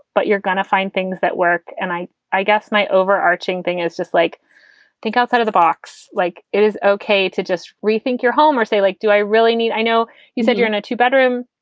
but you're going to find things that work. and i i guess my overarching thing is just like think outside of the box, like it is ok to just rethink your home or say, like, do i really need i know you said you're in a two bedroom.